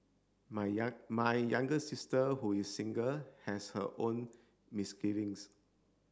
my my younger sister who is single has her own misgivings